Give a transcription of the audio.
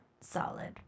solid